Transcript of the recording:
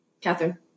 Catherine